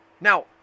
Now